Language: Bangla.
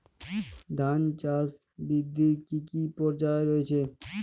ধান চাষ বৃদ্ধির কী কী পর্যায় রয়েছে?